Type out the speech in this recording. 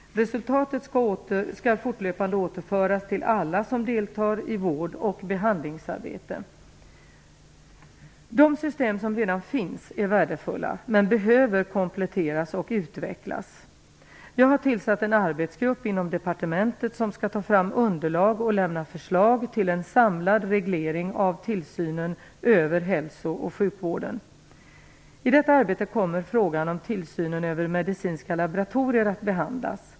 Resultatet skall fortlöpande återföras till alla som deltar i vård och behandlingsarbetet. De system som redan finns är värdefulla men behöver kompletteras och utvecklas. Det har tillsats en arbetsgrupp inom departementet som skall ta fram underlag och lämna förslag till en samlad reglering av tillsynen över hälso och sjukvården. I detta arbete kommer frågan om tillsynen över medicinska laboriatorier att behandlas.